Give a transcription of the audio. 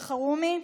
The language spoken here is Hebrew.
חבר כנסת אלחרומי?